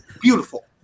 beautiful